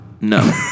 No